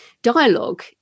Dialogue